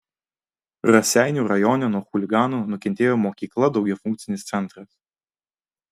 raseinių rajone nuo chuliganų nukentėjo mokykla daugiafunkcinis centras